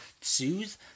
Soothe